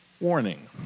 warning